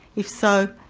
if so,